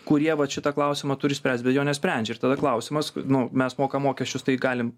kurie vat šitą klausimą turi spręst be jo nesprendžia ir tada klausimas nu mes mokam mokesčius tai galim